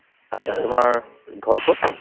আচ্ছা তোমাৰ ঘৰ ক'ত